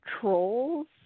trolls